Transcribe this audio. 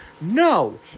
No